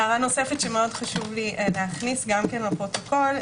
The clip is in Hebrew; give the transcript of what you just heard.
הערה שחשוב לי להכניס גם לפרוטוקול,